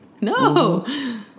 No